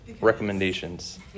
recommendations